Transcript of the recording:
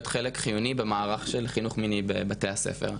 חלק חיוני במערך של חינוך מיני בבתי הספר.